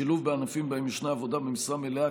שילוב בענפים שבהם יש עבודה במשרה מלאה,